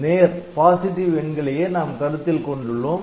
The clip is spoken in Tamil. நேர் எண்களையே நாம் கருத்தில் கொண்டுள்ளோம்